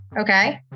Okay